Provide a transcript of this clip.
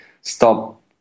stop